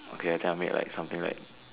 okay ah tell me like something like